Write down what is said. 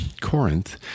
Corinth